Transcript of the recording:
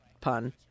pun